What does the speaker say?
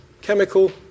chemical